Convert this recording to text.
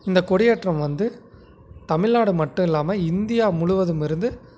இந்த கொடியேற்றம் வந்து தமிழ்நாடு மட்டும் இல்லாமல் இந்தியா முழுவதுமிருந்து